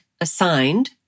assigned